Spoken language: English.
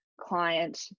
client